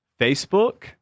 Facebook